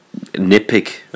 nitpick